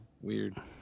Weird